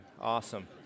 Awesome